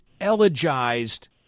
elegized